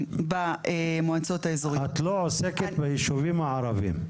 במועצות האזוריות --- את לא עוסקת בישובים הערבים.